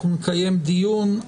אנחנו נקיים דיון.